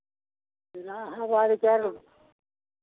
इलाहाबाद का